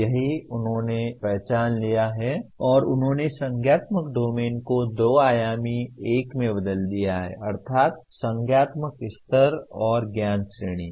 यही उन्होंने पहचान लिया है और उन्होंने संज्ञानात्मक डोमेन को दो आयामी एक में बदल दिया है अर्थात् संज्ञानात्मक स्तर और ज्ञान श्रेणियां